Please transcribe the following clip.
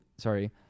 sorry